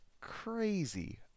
crazy